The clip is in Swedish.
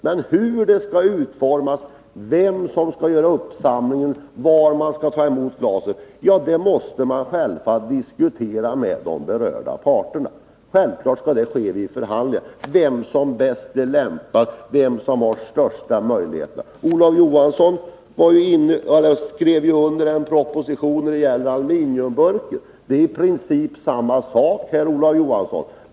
Men hur det skall utformas, vem som skall göra uppsamlingen och var glaset skall tas emot måste självfallet diskuteras med berörda parter. Självfallet skall det vid förhandlingarna diskuteras vem som är bäst lämpad, vem som har de största möjligheterna. Olof Johansson skrev ju under en proposition om aluminiumburken. Det gäller i princip samma sak nu, Olof Johansson.